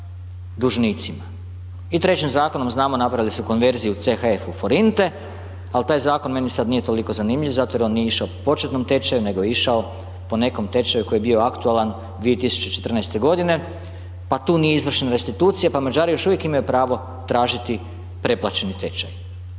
dužnicima. I trećim zakonom znamo napravili su konverziju CHF u forinte, al taj zakon meni nije toliko zanimljiv zato jer on nije išao po početnom tečaju nego je išao po nekom tečaju koji je bio aktualan 2014. godine pa tu nije izvršena restitucija pa Mađari još uvijek imaju pravo tražiti preplaćeni tečaj.